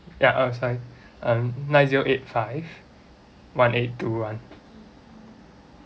ya outside um nine zero eight five one eight two one